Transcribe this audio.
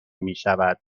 میشود